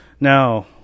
Now